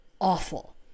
awful